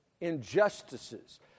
injustices